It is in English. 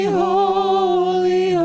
holy